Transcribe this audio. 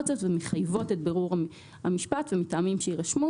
זאת ומחייבות את בירור המשפט ומטעמים שיירשמו.